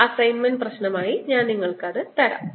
ഒരു അസൈൻമെന്റ് പ്രശ്നമായി ഞാൻ അത് തരാം